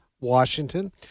Washington